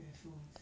raffles